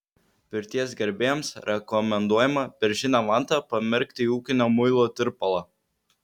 pirties gerbėjams rekomenduojama beržinę vantą pamerkti į ūkinio muilo tirpalą